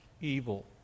evil